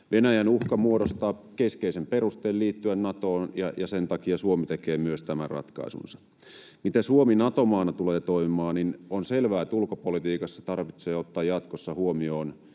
Venäjän uhka muodostaa keskeisen perusteen liittyä Natoon, ja sen takia Suomi tekee myös tämän ratkaisunsa. Miten Suomi Nato-maana tulee toimimaan, niin on selvää, että ulkopolitiikassa tarvitsee ottaa jatkossa huomioon